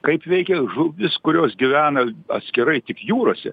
kaip veikia žuvis kurios gyvena atskirai tik jūrose